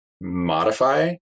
modify